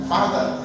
Father